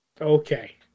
Okay